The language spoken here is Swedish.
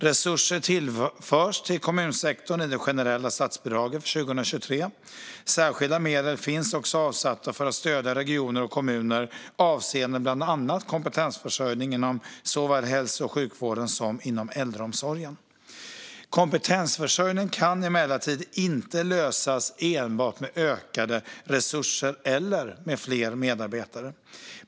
Resurser tillförs till kommunsektorn i det generella statsbidraget 2023. Särskilda medel finns också avsatta för att stödja regioner och kommuner avseende bland annat kompetensförsörjning inom såväl hälso och sjukvården som äldreomsorgen. Kompetensförsörjningen kan emellertid inte lösas enbart med ökade resurser eller med fler medarbetare.